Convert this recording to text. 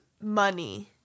money